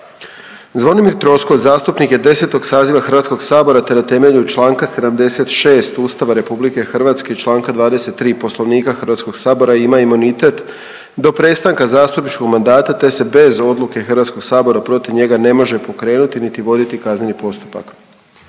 Zvonimir Troskot zastupnik je 10. saziva HS, te na temelju čl. 76. Ustava RH i čl. 23. Poslovnika HS ima imunitet do prestanka zastupničkog mandata, te se bez odluke HS protiv njega ne može pokrenuti, niti voditi kazneni postupak.